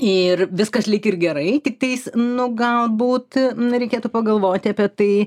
ir viskas lyg ir gerai tiktais nu gal būt nu reikėtų pagalvoti apie tai